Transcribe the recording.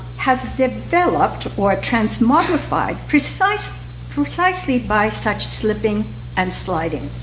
has developed or transmogrified precisely precisely by such slipping and sliding.